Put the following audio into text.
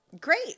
great